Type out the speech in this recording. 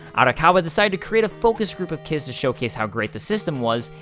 arakawa decided to create a focus group of kids to showcase how great the system was,